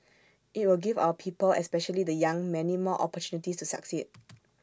IT will give our people especially the young many more opportunities to succeed